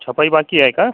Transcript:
सफाई बाकी आहे का